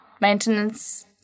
maintenance